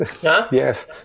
Yes